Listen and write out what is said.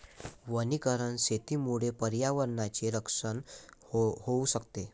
वनीकरण शेतीमुळे पर्यावरणाचे रक्षण होऊ शकते